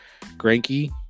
Granky